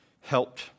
helped